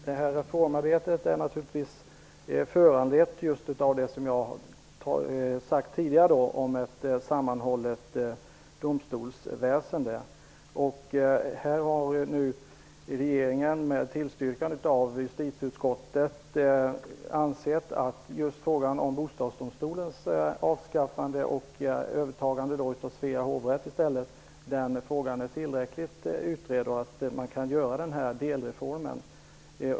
Herr talman! Reformarbetet är naturligtvis föranlett just av det som jag har sagt tidigare -- strävan efter ett sammanhållet domstolsväsende. Regeringen har med tillstyrkan av justitieutskottet ansett att just frågan om Bostadsdomstolens avskaffande och Svea hovrätts övertagande av uppgifterna är tillräckligt utredd och att man kan genomföra denna delreform.